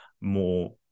more